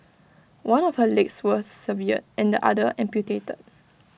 one of her legs was severed and the other amputated